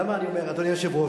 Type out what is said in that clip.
למה אני אומר, אדוני היושב-ראש?